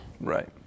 Right